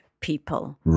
people